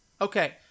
Okay